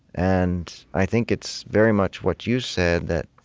and i think it's very much what you said that